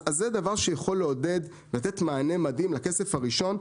זה דבר שיכול לעודד, לתת מענה מדהים לכסף הראשון.